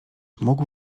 mógł